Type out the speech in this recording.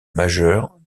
majeures